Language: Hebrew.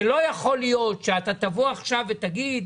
זה לא יכול להיות שאתה תבוא עכשיו ותגיד,